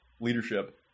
leadership